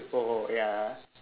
oh oh ya ah